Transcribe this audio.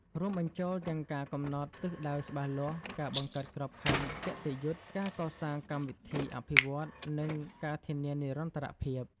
រួមបញ្ចូលទាំងការកំណត់ទិសដៅច្បាស់លាស់ ការបង្កើតក្របខ័ណ្ឌគតិយុត្ត ការកសាងកម្មវិធីអភិវឌ្ឍន៍ និងការធានានិរន្តរភាព។